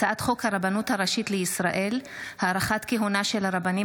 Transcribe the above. הצעת חוק הרבנות הראשית לישראל (הארכת כהונה של הרבנים